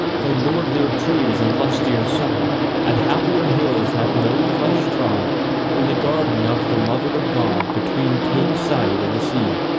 though lordlier trees and lustier sod and happier hills hath no flesh trod than the garden of the mother of god between thames side and the sea,